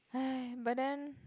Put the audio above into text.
but then